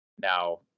now